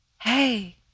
Hey